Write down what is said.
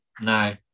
No